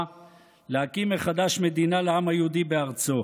להקים מחדש מדינה לעם היהודי בארצו,